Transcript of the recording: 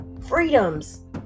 freedoms